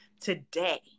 today